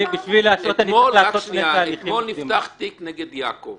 אתמול נפתח תיק נגד יעקב